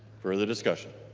further discussion